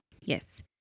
Yes